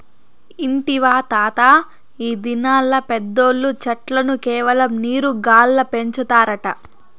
ఇంటివా తాతా, ఈ దినాల్ల పెద్దోల్లు చెట్లను కేవలం నీరు గాల్ల పెంచుతారట